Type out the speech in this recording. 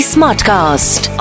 Smartcast